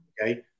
Okay